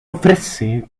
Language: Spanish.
ofrece